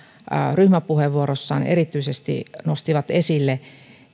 ryhmäpuheenvuorossaan erityisesti nostivat esille